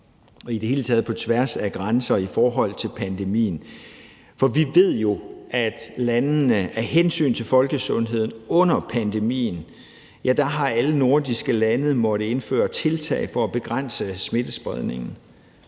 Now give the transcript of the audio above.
i det hele taget i forhold til pandemien, for vi ved jo, at alle nordiske lande af hensyn til folkesundheden under pandemien har måttet indføre tiltag for at begrænse smittespredningen.